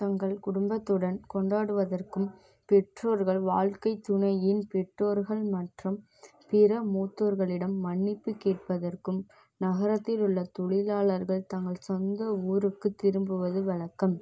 தங்கள் குடும்பத்துடன் கொண்டாடுவதற்கும் பெற்றோர்கள் வாழ்க்கைத்துணையின் பெற்றோர்கள் மற்றும் பிற மூத்தோர்களிடம் மன்னிப்பு கேட்பதற்கும் நகரத்தில் உள்ள தொழிலாளர்கள் தங்கள் சொந்த ஊருக்குத் திரும்புவது வழக்கம்